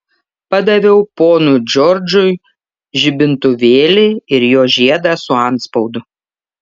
padaviau ponui džordžui žibintuvėlį ir jo žiedą su antspaudu